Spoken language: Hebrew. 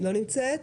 לא נמצאת.